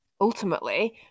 ultimately